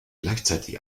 gleichzeitig